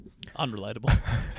Unrelatable